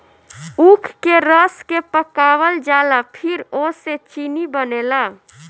ऊख के रस के पकावल जाला फिर ओसे चीनी बनेला